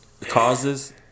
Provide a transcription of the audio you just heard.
Causes